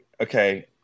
okay